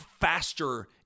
faster